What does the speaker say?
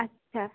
আচ্ছা